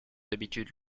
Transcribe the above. d’habitude